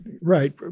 right